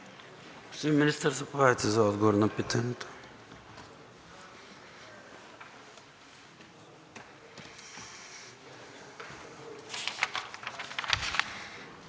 Министър, заповядайте за отговор на питането.